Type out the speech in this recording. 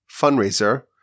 fundraiser